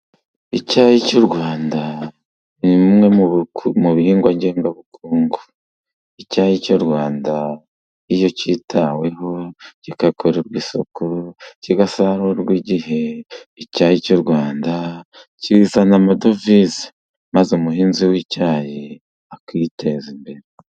Icyayi cy'u Rwanda ni bimwe mu bihingwa ngengabukungu. Icyayi cy'u Rwanda iyo cyitaweho, kigakorerwa isuku, kigasarurirwa igihe, icyayi cy'u Rwanda kizana amadovize, maze umuhinzi w'icyayi akiteza imbere.